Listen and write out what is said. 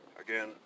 again